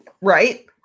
Right